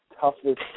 toughest